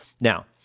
Now